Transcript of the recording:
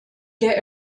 der